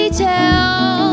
tell